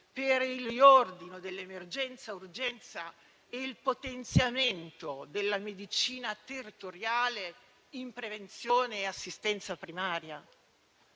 per il riordino dell'emergenza-urgenza e il potenziamento della medicina territoriale in prevenzione e assistenza primaria,